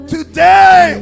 Today